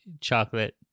chocolate